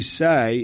say